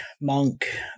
monk